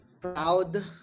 proud